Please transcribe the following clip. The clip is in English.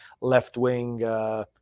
left-wing